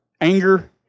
anger